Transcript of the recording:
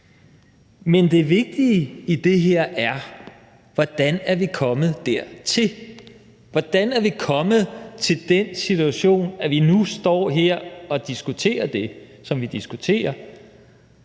Men det vigtige i det her er: Hvordan er vi kommet dertil? Hvordan er vi kommet til den situation, at vi nu står her og diskuterer det, som vi diskuterer?